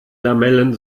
lamellen